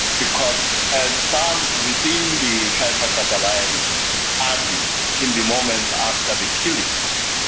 because as some within the tripartite alliance argued in the moment after the killings,